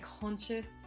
conscious